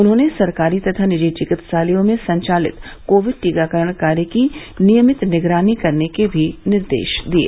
उन्होंने सरकारी तथा निजी चिकित्सालयों में संचालित कोविड टीकाकरण कार्य की नियमित निगरानी करने के भी निर्देश दिये